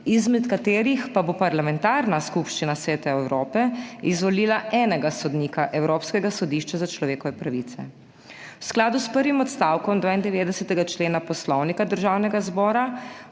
izmed katerih pa bo Parlamentarna skupščina Sveta Evrope izvolila enega sodnika Evropskega sodišča za človekove pravice. V skladu s prvim odstavkom 92. člena Poslovnika Državnega zbora